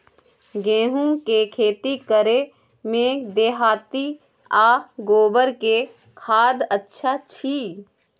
गेहूं के खेती करे में देहाती आ गोबर के खाद अच्छा छी?